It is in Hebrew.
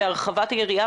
והרחבת היריעה,